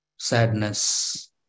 Sadness